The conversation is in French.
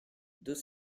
deux